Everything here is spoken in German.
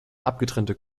abgetrennte